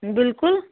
بِلکُل